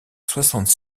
soixante